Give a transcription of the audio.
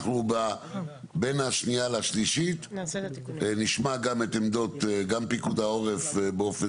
אנחנו בין השנייה לשלישית נשמע גם את עמדות פיקוד העורף באופן